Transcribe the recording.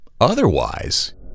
Otherwise